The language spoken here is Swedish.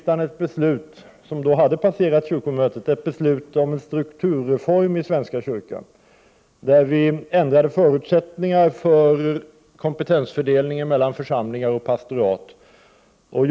Den 8 april i våras fattade riksdagen ett beslut om en strukturreform av svenska kyrkan. Detta var ett beslut som hade passerat kyrkomötet. Förutsättningarna för kompetensfördelningen mellan församlingar och pastorat förändrades.